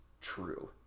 true